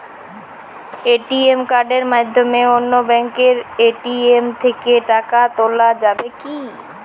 ATM কার্ডের মাধ্যমে অন্য ব্যাঙ্কের এ.টি.এম থেকে টাকা তোলা যাবে কি?